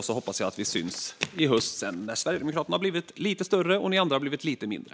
Jag hoppas att vi syns i höst när Sverigedemokraterna har blivit lite större och ni andra har blivit lite mindre.